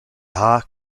high